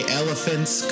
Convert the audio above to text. elephant's